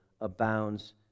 abounds